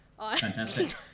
Fantastic